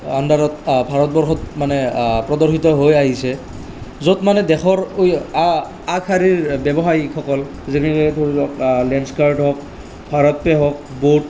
আণ্ডাৰত ভাৰতবৰ্ষত মানে প্ৰদৰ্শিত হৈ আহিছে য'ত মানে দেশৰ আগশাৰীৰ ব্যৱসায়ীসকল যেনেকৈ ধৰি লওক লেন্সকাৰ্ট হওক ভাৰত পে' হওক বোট